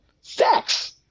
sex